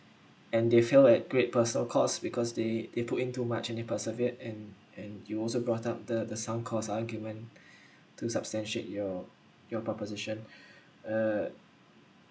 and they failed at great personal course because they they put in too much in the persevered and and you also brought up the the sound cause argument to substantiate your your proposition uh